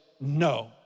no